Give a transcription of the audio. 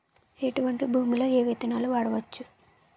ఎటువంటి భూమిలో ఏ విత్తనాలు వాడవచ్చు?